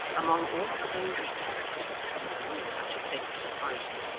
among all the dangerous characters who, in such a state of society,